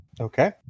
Okay